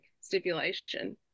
stipulation